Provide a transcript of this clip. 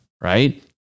Right